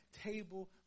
table